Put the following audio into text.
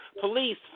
police